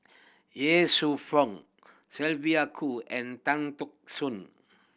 Ye Shufang Sylvia Kho and Tan Teck Soon